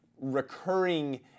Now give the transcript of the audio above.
recurring